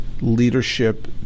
leadership